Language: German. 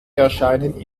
erscheinen